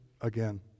again